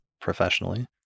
professionally